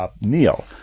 Neil